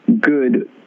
Good